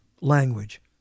language